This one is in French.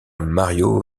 mario